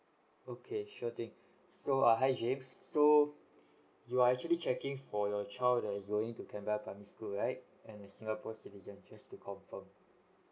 okay sure thing so uh hi james so you are actually checking for your child that is going to canberra primary school right and a singapore citizen just to confirm